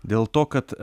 dėl to kad